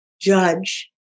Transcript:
judge